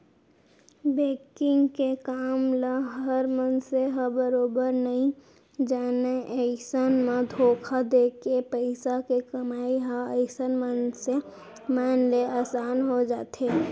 banking के काम ल हर मनसे ह बरोबर नइ जानय अइसन म धोखा देके पइसा के कमई ह अइसन मनसे मन ले असान हो जाथे